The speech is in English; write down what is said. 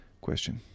question